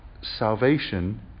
salvation